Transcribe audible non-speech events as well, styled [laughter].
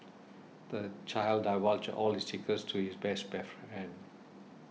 the child divulged all his secrets to his best [unintelligible] friend